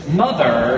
mother